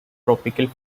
tropical